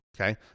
okay